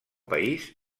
país